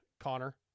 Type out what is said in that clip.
Connor